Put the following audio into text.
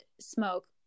smoke